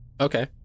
Okay